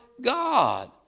God